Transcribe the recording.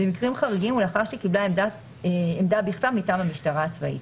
במקרים חריגים ולאחר שקיבלה עמדה בכתב מטעם המשטרה הצבאית.